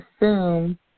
assume